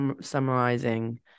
summarizing